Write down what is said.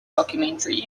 documentary